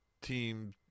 team